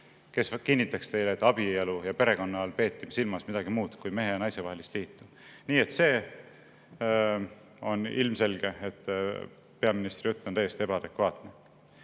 kes kinnitaks teile, et abielu ja perekonna all peeti silmas midagi muud kui mehe ja naise vahelist liitu. Nii et on ilmselge, et peaministri jutt on täiesti ebaadekvaatne.